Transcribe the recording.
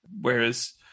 Whereas